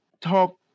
talk